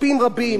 הם כותבים לי.